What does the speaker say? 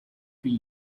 three